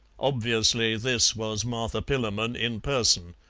obviously this was martha pillamon in person.